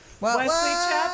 Wesley